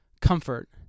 comfort